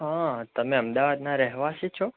હા તમે અમદાવાદના રહેવાસી છો